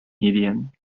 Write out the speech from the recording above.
median